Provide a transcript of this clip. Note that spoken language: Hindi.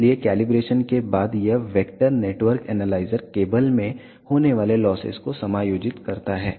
इसलिए कैलिब्रेशन करने के बाद यह वेक्टर नेटवर्क एनालाइजर केबल में होने वाले लॉस को समायोजित करता है